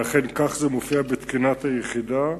ואכן, כך זה מופיע בתקינת היחידה.